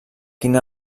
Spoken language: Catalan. quina